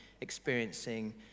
experiencing